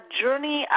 journey